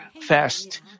fast